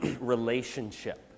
relationship